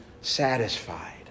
satisfied